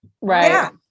Right